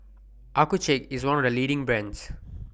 Accucheck IS one of The leading brands